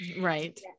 Right